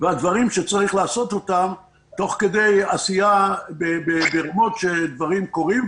ולדברים שצריך לעשות אותם תוך כדי עשייה ברמות שדברים קורים,